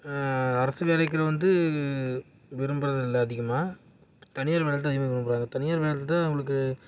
அரசு வேலைகளை வந்து விரும்புகிறதில்ல அதிகமாக தனியார் வேலைதான் அதிகமாக விரும்புகிறாங்க தனியார் வேலைதான் அவங்களுக்கு